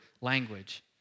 language